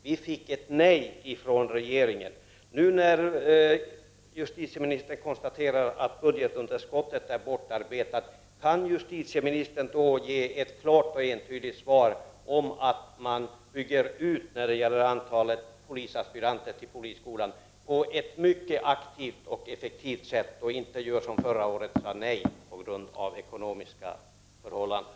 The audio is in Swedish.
Regeringen sade nej till detta förslag. Kan justitieministern när hon nu konstaterar att budgetunderskottet är bortarbetat ge ett klart och entydigt besked om att man kraftigt kommer att öka intagningen av aspiranter till polisskolan och inte, som man gjorde förra året, kommer att säga nej med hänvisning till det samhällsekonomiska läget?